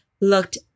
looked